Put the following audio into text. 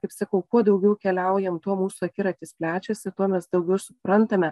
kaip sakau kuo daugiau keliaujam tuo mūsų akiratis plečiasi tuo mes daugiau suprantame